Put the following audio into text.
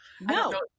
No